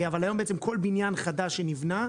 היום בעצם כל בניין חדש שנבנה,